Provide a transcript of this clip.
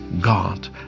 God